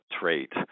trait